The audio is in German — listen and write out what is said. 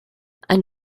ein